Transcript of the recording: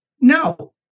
no